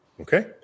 Okay